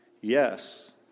Yes